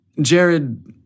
Jared